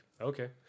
okay